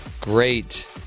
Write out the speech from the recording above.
great